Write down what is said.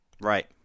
Right